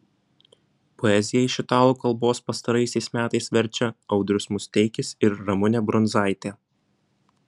poeziją iš italų kalbos pastaraisiais metais verčia audrius musteikis ir ramunė brundzaitė